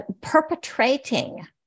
perpetrating